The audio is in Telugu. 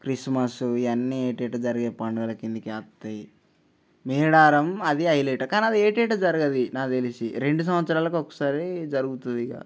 క్రిస్మస్ ఇవన్నీ ఏట జరిగే పండుగలు కిందికి వత్తయి మేడారం అది హైలేటు కానీ అది ఏటా జరగదు నాకు తెలిసి రెండు సంవత్సరాలకు ఒక్కసారి జరుగుతుంది ఇక